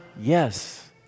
Yes